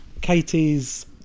Katie's